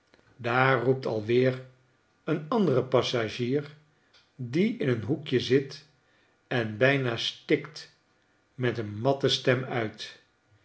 daar roept alweer een andere passagier die in een hoekje zit en bijna stikt met een matte stem ik